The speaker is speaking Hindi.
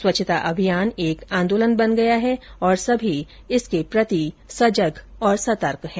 स्वच्छता अभियान एक आन्दोलन बन गया है और सभी इसके प्रति सजग और सतर्क हैं